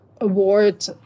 award